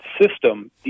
system